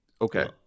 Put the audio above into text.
Okay